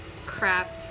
crap